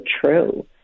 true